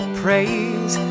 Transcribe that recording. praise